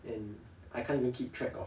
and I can't even keep track of